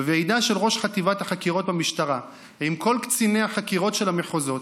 בוועדה של ראש חטיבת החקירות במשטרה עם כל קציני החקירות של המחוזות,